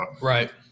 right